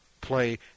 play